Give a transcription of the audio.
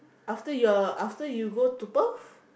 after your after you go to Perth